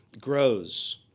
grows